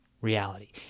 reality